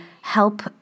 help